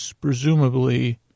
presumably